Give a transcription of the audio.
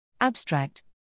Abstract